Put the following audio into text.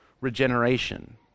regeneration